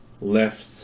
left